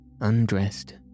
undressed